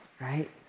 right